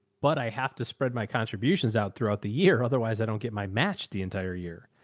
but i have to spread my contributions out throughout the year. otherwise i don't get my match the entire year.